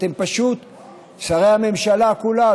שרי הממשלה כולה,